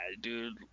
dude